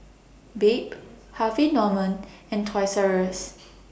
Bebe Harvey Norman and Toys R US